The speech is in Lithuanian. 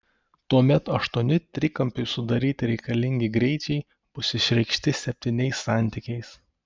tuomet aštuoni trikampiui sudaryti reikalingi greičiai bus išreikšti septyniais santykiais